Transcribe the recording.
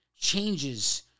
changes